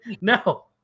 no